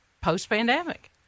post-pandemic